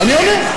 ואני עונה.